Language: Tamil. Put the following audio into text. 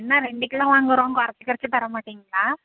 என்ன ரெண்டு கிலோ வாங்குகிறோம் கொறைச்சி கிறச்சி தரமாட்டீங்களா